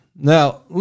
Now